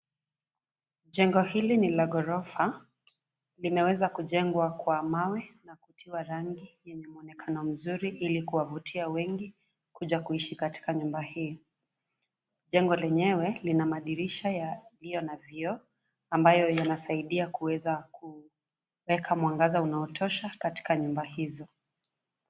Jengo hili ni la ghorofa, limeweza kujengwa kwa mawe na kutiwa rangi yenye mwonekano mzuri ili kuwavutia wengi kuja kuishi katika nyumba hii. Jengo lenyewe lina madirisha yaliyo na vioo ambayo yanasaidia kuweza kuweka mwangaza, unaotosha katika nyumba hizo.